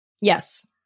Yes